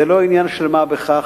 זה לא עניין של מה בכך,